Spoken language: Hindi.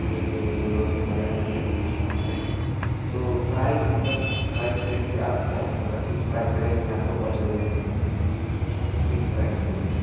ठीक है एक दम रोड पर बाज़ार में तब तो ठीक है तो प्राइस मतलब प्राइस रेंज आप क्या चाहते मतलब किस प्राइस रेंज में आपको कपड़े लेने हैं किस प्राइस पर होंगे